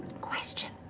question